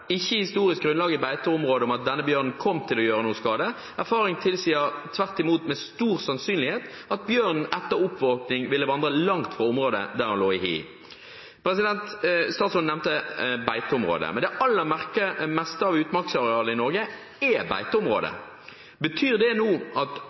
ikke historisk grunnlag i beiteområdet på at denne bjørnen kom til å gjøre noe skade. Erfaring tilsier tvert imot med stor sannsynlighet at bjørnen etter oppvåkning ville vandret langt fra området der den lå i hi. Statsråden nevnte beiteområde. Men det aller meste av utmarksarealet i Norge er